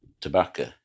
tobacco